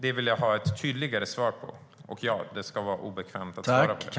Det vill jag ha ett tydligare svar på. Och ja, det ska vara obekvämt att svara.